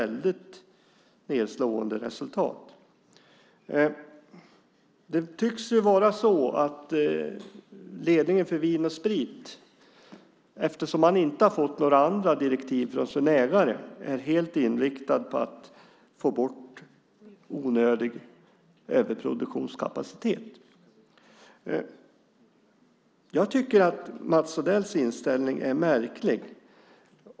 Ledingen för Vin & Sprit tycks vara helt inriktad på att få bort onödig överproduktionskapacitet eftersom man inte fått några andra direktiv från sin ägare. Jag tycker att Mats Odells inställning är märklig.